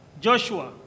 Joshua